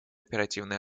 оперативной